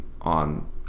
on